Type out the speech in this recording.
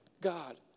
God